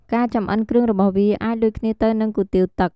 ការចម្អិនគ្រឿងរបស់វា អាចដូចគ្នាទៅនឹងគុយទាវទឹក។